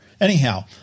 Anyhow